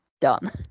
done